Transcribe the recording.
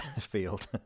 field